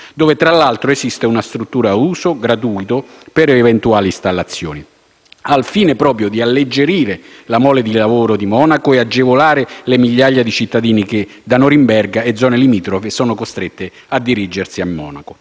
dove tra l'altro esiste una struttura a uso gratuito per eventuali installazioni, al fine di alleggerire la mole di lavoro di Monaco e agevolare le migliaia di cittadini che da Norimberga e zone limitrofe sono costretti a dirigersi a Monaco,